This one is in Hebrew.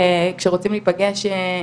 כשרוצים להיפגש,